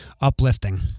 uplifting